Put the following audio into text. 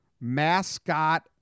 mascot